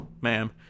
ma'am